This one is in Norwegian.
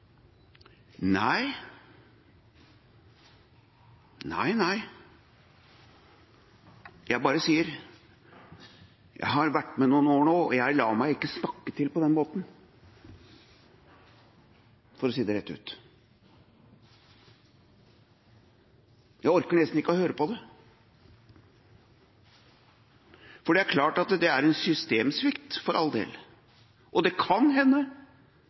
Nei – nei, nei! Jeg bare sier: Jeg har vært med noen år nå, og jeg lar meg ikke snakke til på den måten, for å si det rett ut. Jeg orker nesten ikke å høre på det. Det er klart at det er en systemsvikt – for all del. Og det kan hende